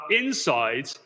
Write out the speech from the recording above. inside